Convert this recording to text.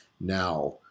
now